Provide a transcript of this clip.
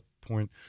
point